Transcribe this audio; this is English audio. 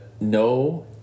no